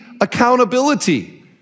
accountability